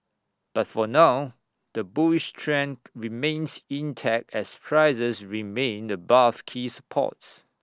but for now the bullish trend remains intact as prices remain above key supports